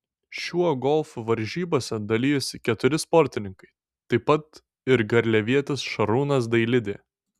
šiuo golfu varžybose dalijosi keturi sportininkai taip pat ir garliavietis šarūnas dailidė